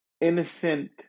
innocent